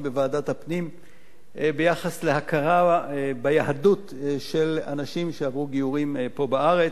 אם בוועדת הפנים ביחס להכרה ביהדות של אנשים שעברו גיורים פה בארץ,